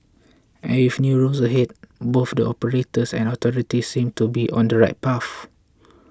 and with new rules ahead both the operators and authorities seem to be on the right path